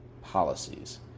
policies